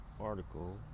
article